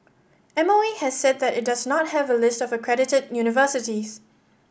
M O E has said that it does not have a list of accredited universities